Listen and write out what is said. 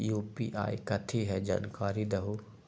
UPI कथी है? जानकारी दहु